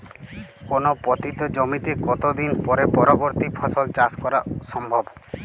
কোনো পতিত জমিতে কত দিন পরে পরবর্তী ফসল চাষ করা সম্ভব?